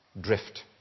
drift